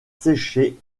sécher